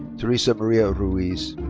teresa maria ruiz.